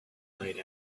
night